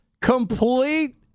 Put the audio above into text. complete